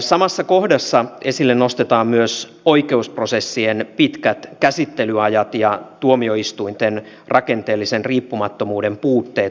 samassa kohdassa esille nostetaan myös oikeusprosessien pitkät käsittelyajat ja tuomioistuinten rakenteellisen riippumattomuuden puutteet